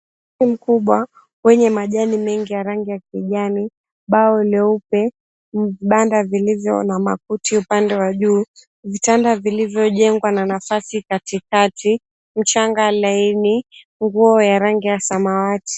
Ufuo mkubwa wenye majani mengi ya rangi ya kijani, bao leupe, vibanda vilivyo na makuti upande wa juu, vitanda vilivyojengwa na nafasi katikati, mchanga laini, nguo la rangi ya samawati.